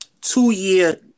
two-year